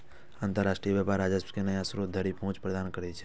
अंतरराष्ट्रीय व्यापार राजस्व के नया स्रोत धरि पहुंच प्रदान करै छै